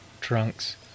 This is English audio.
trunks